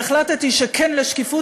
והחלטתי שכן לשקיפות,